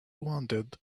wanted